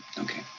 okay.